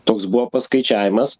toks buvo paskaičiavimas